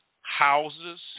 houses